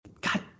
God